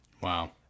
Wow